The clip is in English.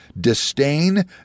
disdain